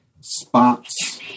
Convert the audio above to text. spots